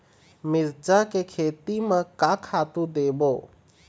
मिरचा के खेती म का खातू देबो?